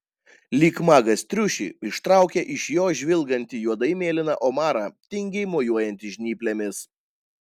lyg magas triušį ištraukia iš jo žvilgantį juodai mėlyną omarą tingiai mojuojantį žnyplėmis